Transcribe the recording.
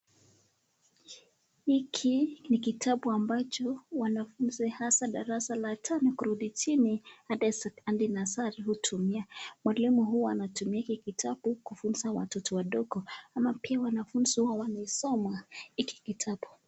Hiki ni kitabu ambacho wanafunzi hasa darasa la tano kuridi chini hadi nasari utumia mwalimu huwa anatumia hiki kitabu kufunza watoto wadogo ama pia wanafunzi huwa wanasoma hiki kitabu.